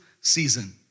season